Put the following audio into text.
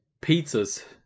pizzas